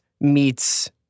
meets